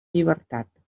llibertat